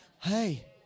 Hey